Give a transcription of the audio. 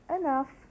enough